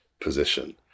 position